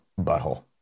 Butthole